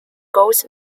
goals